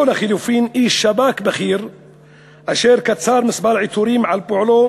או לחלופין איש שב"כ בכיר אשר קצר כמה עיטורים על פועלו,